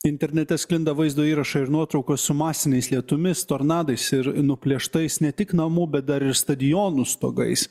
internete sklinda vaizdo įrašai ir nuotraukos su masiniais lietumis tornadais ir nuplėštais ne tik namų bet dar ir stadionų stogais